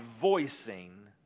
voicing